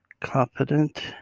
confident